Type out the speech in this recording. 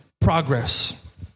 progress